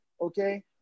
Okay